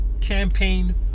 campaign